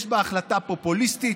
יש בה החלטה פופוליסטית,